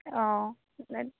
অঁ